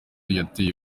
yateye